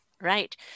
Right